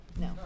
No